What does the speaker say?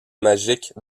magiques